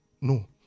No